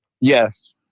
Yes